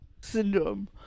syndrome